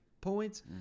points